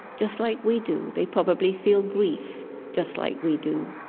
just like we do. they probably feel grief just like we do.